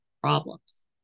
problems